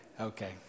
Okay